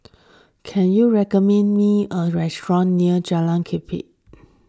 can you recommend me a restaurant near Jalan Kelichap